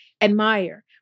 admire